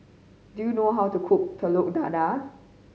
do you know how to cook Telur Dadah